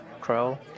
crow